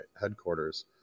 headquarters